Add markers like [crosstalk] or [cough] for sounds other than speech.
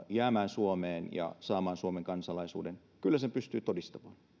[unintelligible] jäämään suomeen ja saamaan suomen kansalaisuuden kyllä sen pystyy todistamaan